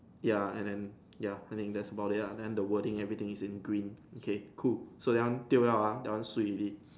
ya and then ya I think that is about it lah then the wording everything is in green okay cool so that one tio liao ah that one swee already